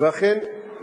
ולכן היה צריך להחליט.